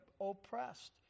oppressed